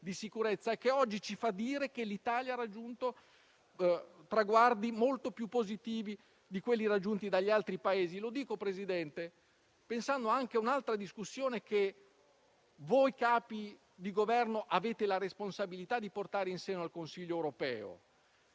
di sicurezza e che oggi ci fa dire che l'Italia ha raggiunto traguardi molto più positivi di quelli raggiunti dagli altri Paesi. Lo dico, signor Presidente del Consiglio, pensando anche a un'altra discussione che voi Capi di Governo avete la responsabilità di portare in seno al Consiglio europeo: